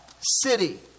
city